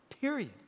Period